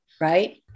right